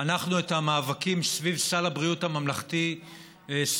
אנחנו את המאבקים סביב סל הבריאות הממלכתי סיימנו